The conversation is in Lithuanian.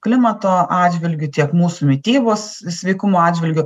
klimato atžvilgiu tiek mūsų mitybos sveikumo atžvilgiu